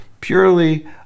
purely